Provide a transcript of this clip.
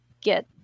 get